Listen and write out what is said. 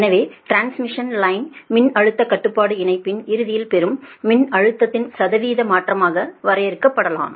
எனவே டிரான்ஸ்மிஷன் லைனின் மின்னழுத்த கட்டுப்பாடு இணைப்பின் இறுதியில் பெறும் மின்னழுத்தத்தின் சதவீத மாற்றமாக வரையறுக்கப்படலாம்